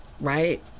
right